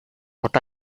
what